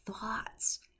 thoughts